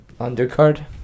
Undercard